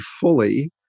fully